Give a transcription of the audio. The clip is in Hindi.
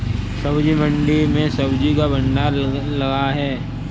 सब्जी मंडी में सब्जी का भंडार लगा है